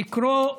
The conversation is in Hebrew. לקרוא,